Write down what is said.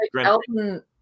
Elton